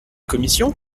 commission